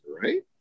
right